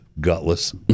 gutless